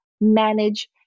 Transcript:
manage